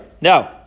No